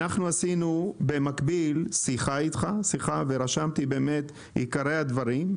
עשינו במקביל שיחה איתך ורשמתי את עיקרי הדברים.